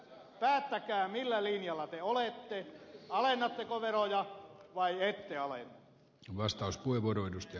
päättäkää millä linjalla te olette alennatteko veroja vai ette alenna